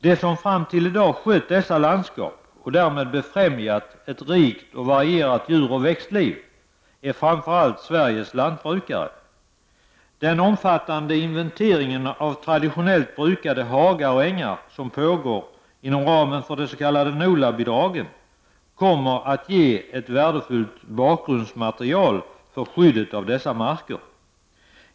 De som fram till i dag skött dessa landskap, och därmed befrämjat ett rikt och varierat djuroch växtliv, är framför allt Sveriges lantbrukare. Den omfattande inventeringen av traditionellt brukade hagar och ängar som pågår inom ramen för de s.k. NOLA-bidragen kommer att ge ett värdefullt bakgrundsmaterial för skyddet av dessa marker.